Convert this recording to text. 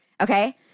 Okay